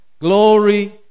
glory